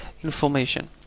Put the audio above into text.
information